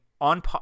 on –